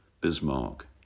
Bismarck